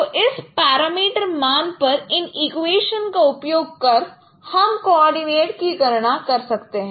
तो इस पैरामीटर मान पर इन फंक्शन का उपयोग कर हम कॉर्डिनेट की गणना कर सकते हैं